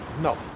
No